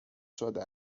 شده